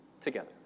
together